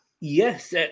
Yes